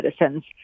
citizens